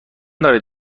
دارد